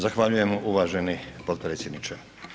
Zahvaljujem uvaženi potpredsjedniče.